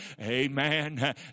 Amen